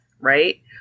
right